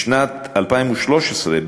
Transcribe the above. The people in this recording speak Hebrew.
בשנת 2013,